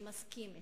שמסכים אתכם.